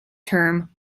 term